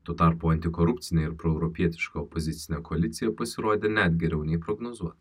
tuo tarpu antikorupcinė ir proeuropietiška opozicinė koalicija pasirodė net geriau nei prognozuota